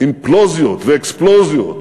עם אימפלוזיות ואקספלוזיות,